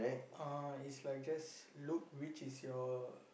uh is like just look which is your